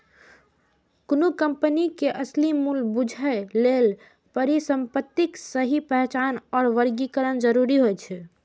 कोनो कंपनी के असली मूल्य बूझय लेल परिसंपत्तिक सही पहचान आ वर्गीकरण जरूरी होइ छै